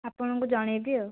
ଆପଣଙ୍କୁ ଜଣାଇବି ଆଉ